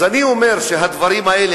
אז אני אומר שהדברים האלה,